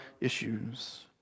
issues